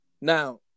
Now